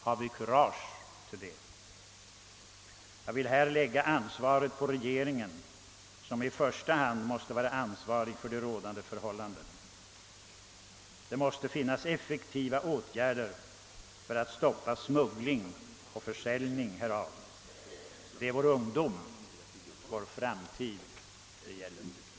Har vi kurage att göra det? Det är i första hand regeringen som är ansvarig för rådande förhållanden. Det måste vidtas effektiva åtgärder för att stoppa smugglingen och försäljningen av narkotika. Det är vår ungdom, vår framtid det här gäller.